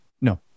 No